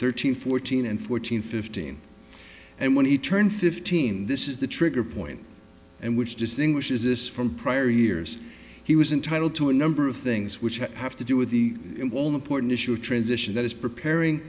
thirteen fourteen and fourteen fifteen and when he turned fifteen this is the trigger point and which distinguishes this from prior years he was entitled to a number of things which have to do with the all important issue of transition that is preparing